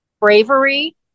bravery